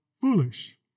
foolish